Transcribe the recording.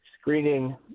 screening